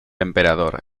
emperador